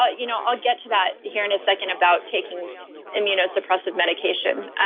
ah you know i'll get to that here in a second about taking immunosuppressive medication,